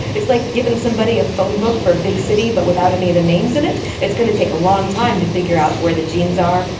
it's like giving somebody a phonebook for a big city but without any of the names in it. it's going to take a long time to figure out where the genes are,